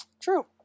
True